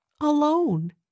alone